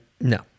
No